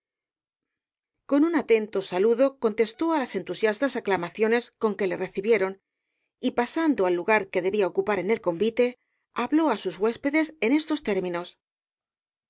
con un atento saludo contestó á las entusiastas aclamaciones con que le recibieron y pasando al lugar que debía ocupar en el convite habló á sus huéspedes en estos términos